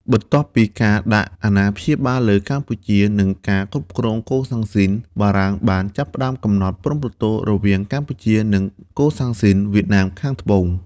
បន្ទាប់ពីការដាក់អាណាព្យាបាលលើកម្ពុជា និងការគ្រប់គ្រងកូសាំងស៊ីន បារាំងបានចាប់ផ្តើមកំណត់ព្រំប្រទល់រវាងកម្ពុជា និងកូសាំងស៊ីន វៀតណាមខាងត្បូង។